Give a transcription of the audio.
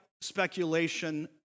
speculation